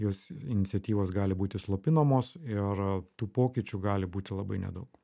jos iniciatyvos gali būti slopinamos ir tų pokyčių gali būti labai nedaug